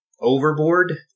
overboard